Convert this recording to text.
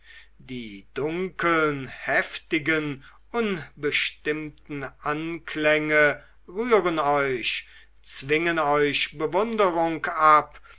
die dunkeln heftigen unbestimmten anklänge rühren euch zwingen euch bewunderung ab